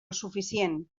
suficient